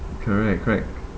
correct correct